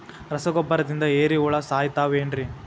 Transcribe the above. ರಸಗೊಬ್ಬರದಿಂದ ಏರಿಹುಳ ಸಾಯತಾವ್ ಏನ್ರಿ?